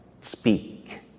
speak